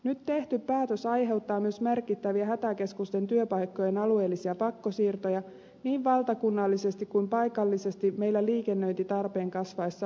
nyt tehty päätös aiheuttaa myös merkittäviä hätäkeskusten työpaikkojen alueellisia pakkosiirtoja niin valtakunnallisesti kuin paikallisesti meillä liikennöintitarpeen kasvaessa oulun suuntaan